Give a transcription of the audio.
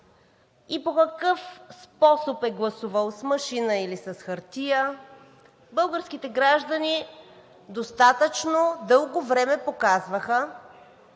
и по какъв способ е гласувал – с машина или с хартия. Българските граждани достатъчно дълго време показваха,